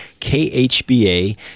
KHBA